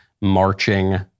marching